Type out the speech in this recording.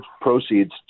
proceeds